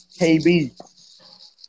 KB